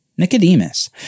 Nicodemus